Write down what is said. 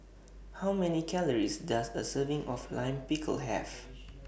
How Many Calories Does A Serving of Lime Pickle Have